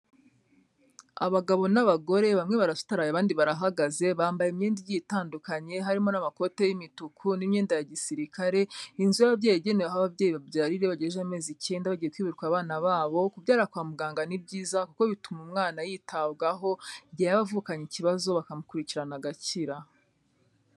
Abagabo n'abagore bamwe barasutararaye abandi barahagaze, bambaye imyenda igiye itandukanye, harimo n'amakoti y'imituku n'imyenda ya gisirikare, inzu y'ababyeyi yagenewe aho ababyeyi babyarira iyo bagejeje amezi icyenda bagiye kwiruka abana babo, kubyara kwa muganga ni byiza, kuko bituma umwana yitabwaho igihe yaba avukanye ikibazo bakamukurikirana agakira.